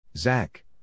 Zach